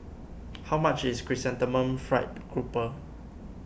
how much is Chrysanthemum Fried Grouper